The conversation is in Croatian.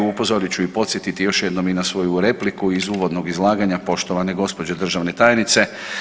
Upozorit ću i podsjetiti još jednom i na svoju repliku iz uvodnog izlaganja poštovane gđe. državne tajnice.